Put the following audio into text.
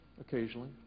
Occasionally